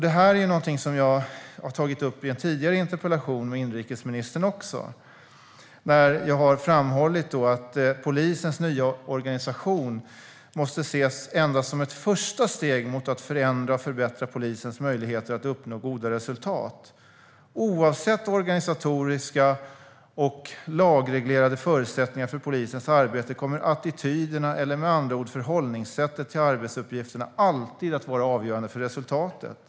Detta är något som jag har tagit upp också i en tidigare interpellationsdebatt med inrikesministern. Jag har då framhållit att polisens nya organisation måste ses endast som ett första steg mot att förändra och förbättra polisens möjligheter att uppnå goda resultat. Oavsett organisatoriska och lagreglerade förutsättningar för polisens arbete kommer attityderna, eller med andra ord förhållningssättet, till arbetsuppgifterna alltid att vara avgörande för resultatet.